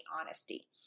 honesty